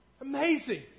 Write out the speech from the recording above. Amazing